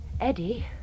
Eddie